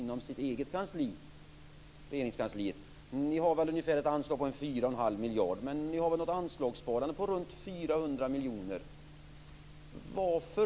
Ni har väl ett anslag om ungefär 4 1⁄2 miljard, men ni har ett anslagssparande om runt 400 miljoner.